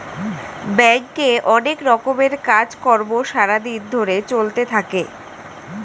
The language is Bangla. ব্যাংকে অনেক রকমের কাজ কর্ম সারা দিন ধরে চলতে থাকে